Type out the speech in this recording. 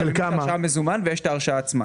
יש את ההרשאה מזומן ויש את ההרשאה עצמה.